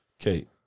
Okay